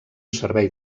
servei